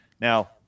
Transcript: now